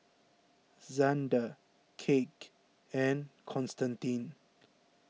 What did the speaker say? Zander Cake and Constantine